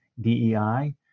DEI